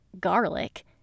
garlic